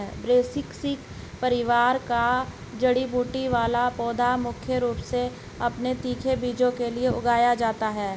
ब्रैसिसेकी परिवार का जड़ी बूटी वाला पौधा मुख्य रूप से अपने तीखे बीजों के लिए उगाया जाता है